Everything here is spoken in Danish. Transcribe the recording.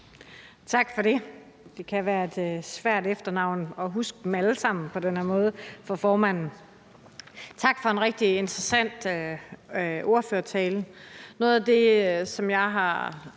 Tak for det. Det kan være svært for formanden at huske alle efternavnene. Tak for en rigtig interessant ordførertale. Noget af det, som jeg har